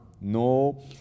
No